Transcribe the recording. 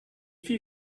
viel